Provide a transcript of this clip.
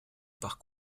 par